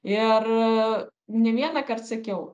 ir ne vienąkart sakiau